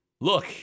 look